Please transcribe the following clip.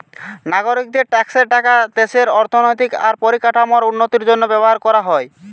নাগরিকদের ট্যাক্সের টাকা দেশের অর্থনৈতিক আর পরিকাঠামোর উন্নতির জন্য ব্যবহার কোরা হয়